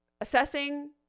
assessing